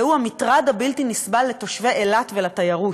והוא המטרד הבלתי-נסבל לתושבי אילת ולתיירות.